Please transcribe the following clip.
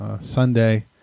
Sunday